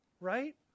right